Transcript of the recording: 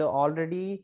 already